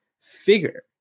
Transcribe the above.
figure